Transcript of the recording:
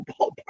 ballpark